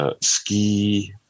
Ski